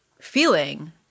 feeling